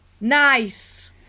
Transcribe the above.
Nice